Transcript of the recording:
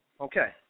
Okay